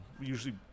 Usually